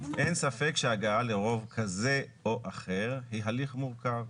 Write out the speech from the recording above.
אין ספק שההגעה לרוב כזה או אחר היא הליך מורכב.